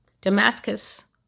Damascus